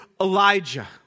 Elijah